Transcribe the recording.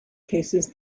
cases